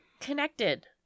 connected